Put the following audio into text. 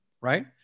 Right